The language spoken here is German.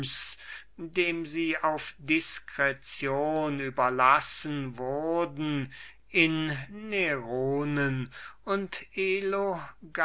dem sie auf diskretion überlassen wurden in nerone und